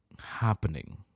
happening